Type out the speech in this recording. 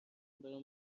برم